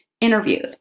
interviews